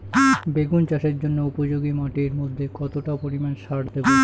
বেগুন চাষের জন্য উপযোগী মাটির মধ্যে কতটা পরিমান সার দেব?